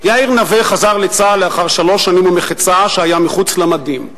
יאיר נוה חזר לצה"ל לאחר שלוש שנים ומחצה שהיה מחוץ למדים.